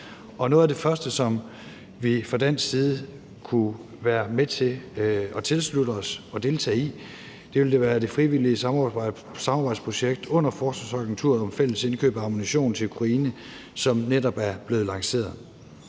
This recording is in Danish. Noget af det første, vi fra dansk side kunne være med til at tilslutte os og deltage i, ville være det frivillige samarbejdsprojekt under Forsvarsagenturet om fælles indkøb af ammunition til Ukraine, som netop er blevet lanceret.